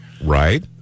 Right